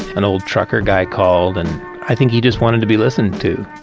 an old trucker guy called and i think he just wanted to be listened to.